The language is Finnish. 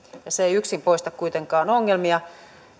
se ei yksin poista kuitenkaan ongelmia